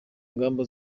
ngamba